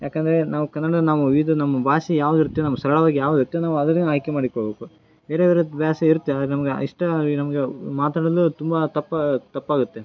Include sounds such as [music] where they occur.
ಯಾಕಂದರೆ ನಾವು ಕನ್ನಡವನ್ನು ನಾವು ವಿವಿಧ ನಮ್ಮ ಭಾಷೆ ಯಾವ್ದು ಇರುತ್ತೆ ನಮ್ಗೆ ಸರಳವಾಗಿ ಯಾವ್ದು [unintelligible] ನಾವು ಅದನ್ನೇ ಆಯ್ಕೆ ಮಾಡಿಕೊಳ್ಳಬೇಕು ಬೇರೆ ಬೇರೆ ಬ್ಯಾಸೆ ಇರುತ್ತೆ ಆದ್ರೆ ನಮ್ಗೆ ಇಷ್ಟವಾಗಿ ನಮ್ಗೆ ಮಾತಾಡಲು ತುಂಬ ತಪ್ಪು ತಪ್ಪಾಗುತ್ತೆ